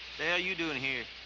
yeah you doing here?